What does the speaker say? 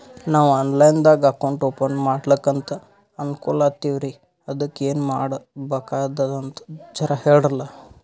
ನಾವು ಆನ್ ಲೈನ್ ದಾಗ ಅಕೌಂಟ್ ಓಪನ ಮಾಡ್ಲಕಂತ ಅನ್ಕೋಲತ್ತೀವ್ರಿ ಅದಕ್ಕ ಏನ ಮಾಡಬಕಾತದಂತ ಜರ ಹೇಳ್ರಲ?